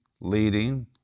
leading